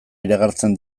iragartzen